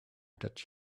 that